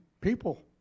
people